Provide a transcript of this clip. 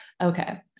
Okay